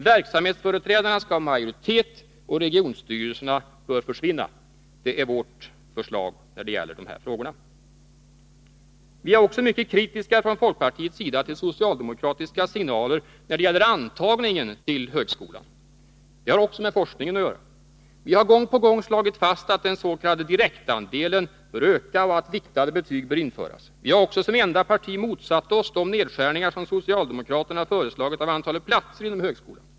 Verksamhetsföreträdarna skall ha majoritet, och regionstyrelserna bör försvinna — det är vårt förslag när det gäller de här frågorna. Vi är också mycket kritiska från folkpartiets sida till socialdemokratiska signaler när det gäller antagningen till högskolan. Det har också med forskningen att göra. Vi har gång på gång slagit fast att den s.k. direktandelen bör öka och att viktade betyg bör införas. Vi har också som enda parti motsatt oss de nedskärningar som socialdemokraterna har föreslagit av antalet platser inom högskolan.